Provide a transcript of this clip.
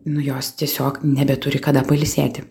nu jos tiesiog nebeturi kada pailsėti